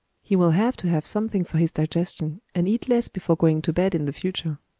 he will have to have something for his digestion and eat less before going to bed in the future.